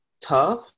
tough